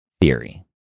theory